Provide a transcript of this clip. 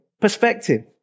perspective